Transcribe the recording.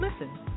listen